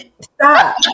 Stop